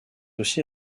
aussi